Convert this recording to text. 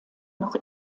noch